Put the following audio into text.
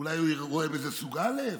אולי הוא רואה בזה סוג א',